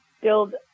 build